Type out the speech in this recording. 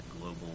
global